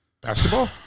Basketball